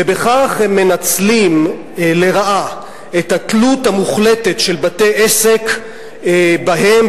ובכך הם מנצלים לרעה את התלות המוחלטת של בתי-העסק בהם,